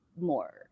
more